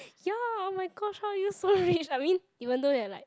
ya oh-my-god how are you so rich I mean even though there are like